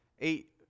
eight